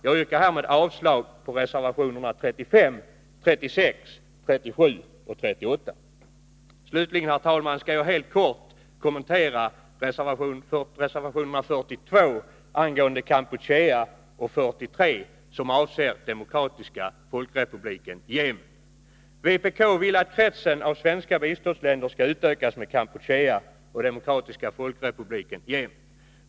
Jag yrkar härmed avslag på reservationerna 35, 36, 37 och 38. Slutligen, herr talman, skall jag helt kort kommentera reservation 42 angående Kampuchea och 43, som avser Demokratiska folkrepubliken Yemen. Vpk vill att kretsen av svenska biståndsländer skall utökas med Kampuchea och Demokratiska folkrepubliken Yemen.